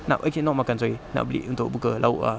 nak okay not makan sorry nak beli untuk buka lauk ah